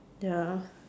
ya